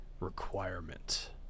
requirement